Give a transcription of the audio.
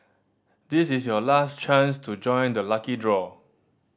this is your last chance to join the lucky draw